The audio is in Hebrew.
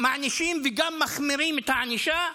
מענישים וגם מחמירים את הענישה: